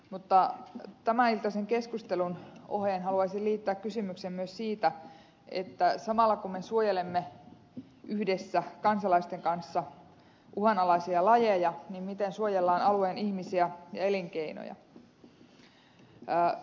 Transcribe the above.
mutta tämäniltaisen keskustelun oheen haluaisin liittää kysymyksen myös siitä miten samalla kun me suojelemme yhdessä kansalaisten kanssa uhanalaisia lajeja suojellaan alueen ihmisiä ja elinkeinoja